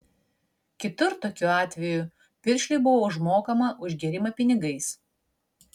kitur tokiu atveju piršliui buvo užmokama už gėrimą pinigais